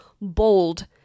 bold